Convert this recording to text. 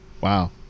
Wow